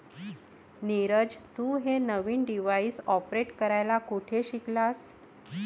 नीरज, तू हे नवीन डिव्हाइस ऑपरेट करायला कुठे शिकलास?